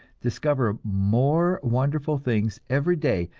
discover more wonderful things every day,